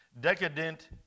Decadent